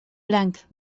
blanc